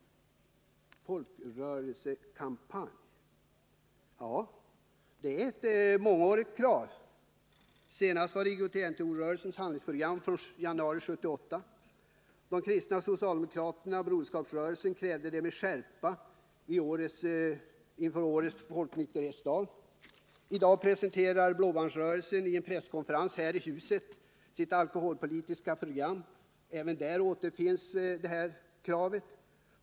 Folkrörelsekampanj? Ja, det är ett mångårigt krav. Senast var det IOGT-NTO-rörelsens handlingsprogram från januari 1978. De kristna socialdemokraterna — Broderskapsrörelsen — krävde det med skärpa vid årets Nr 54 rens här i riksdagshuset sitt alkoholpolitiska program. Även där återfinns detta krav.